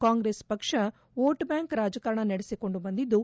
ಕಾಂಗ್ರೆಸ್ ಪಕ್ಷ vote bank ರಾಜಕಾರಣ ನಡೆಸಿಕೊಂಡು ಬಂದಿದ್ದು